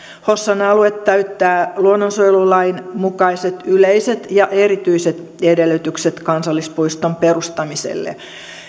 hossan alue täyttää luonnonsuojelulain mukaiset yleiset ja erityiset edellytykset kansallispuiston perustamiselle